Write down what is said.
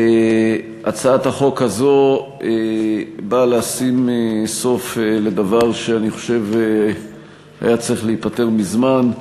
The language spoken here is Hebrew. הצעת החוק הזו באה לשים סוף לדבר אני חושב שהיה צריך להיפתר מזמן,